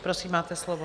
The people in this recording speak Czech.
Prosím, máte slovo.